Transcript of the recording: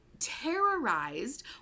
terrorized